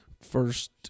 first